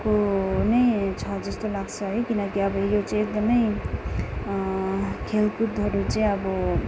को नै छ जस्तो लाग्छ है किनकि अब यो चाहिँ एकदमै खेलकुदहरू चाहिँ अब